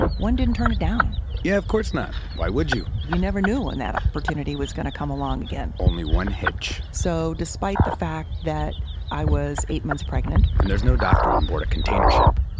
one didn't turn it down yeah, of course not. why would you? you never knew when that opportunity was going to come along again only one hitch so, despite the fact that i was eight months pregnant and there's no doctor on board a container ship,